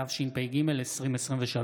התשפ"ג 2023,